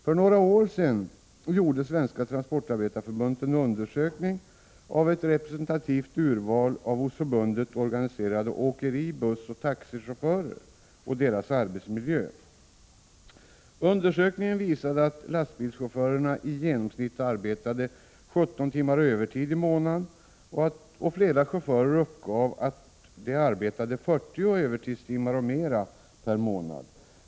För några år sedan gjorde Svenska Transportarbetareförbundet en undersökning av arbetsmiljön för ett representativt urval av hos förbundet organiserade åkeri-, bussoch taxichaufförer. Undersökningen visade att lastbilschaufförerna i genomsnitt arbetade 17 timmar i övertid per månad, och flera chaufförer uppgav att de arbetade 40 övertidstimmar och mera per månad.